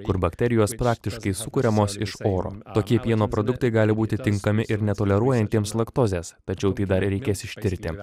kur bakterijos praktiškai sukuriamos iš oro tokie pieno produktai gali būti tinkami ir netoleruojantiems laktozės tačiau tai dar reikės ištirti